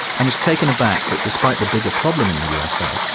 and was taken aback that despite the bigger problem in the usa,